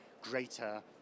greater